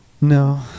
No